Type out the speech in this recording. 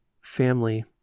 family